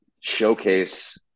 showcase